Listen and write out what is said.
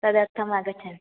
तदर्थं आगच्छामि